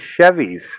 Chevys